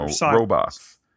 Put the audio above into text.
robots